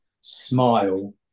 smile